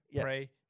pray